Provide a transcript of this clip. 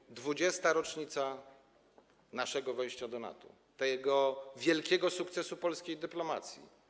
Była 20. rocznica naszego wejścia do NATO, tego wielkiego sukcesu polskiej dyplomacji.